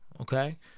okay